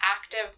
active